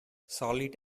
solid